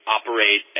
operate